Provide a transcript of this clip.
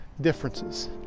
differences